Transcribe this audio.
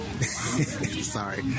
sorry